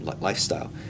lifestyle